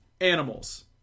animals